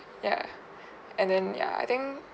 ya and then ya I think